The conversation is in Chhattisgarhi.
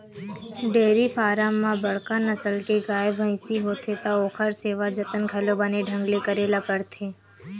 डेयरी फारम म बड़का नसल के गाय, भइसी होथे त ओखर सेवा जतन घलो बने ढंग ले करे ल परथे